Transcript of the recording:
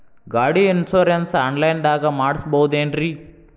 ಗಾಡಿ insurance online ದಾಗ ಮಾಡಸ್ಬಹುದೆನ್ರಿ?